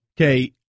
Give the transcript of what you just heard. Okay